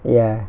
ya